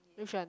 which one